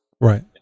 right